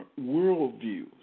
worldviews